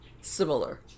similar